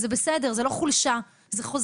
זה בסדר, זו לא חולשה, זו חוזקה.